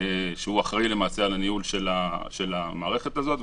שהוא אחראי למעשה על הניהול של המערכת הזאת.